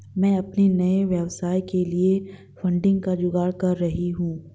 मैं अपने नए व्यवसाय के लिए फंडिंग का जुगाड़ कर रही हूं